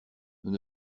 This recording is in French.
nous